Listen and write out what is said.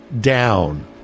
down